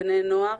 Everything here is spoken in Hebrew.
בני נוער,